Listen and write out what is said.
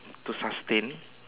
to sustain